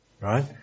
right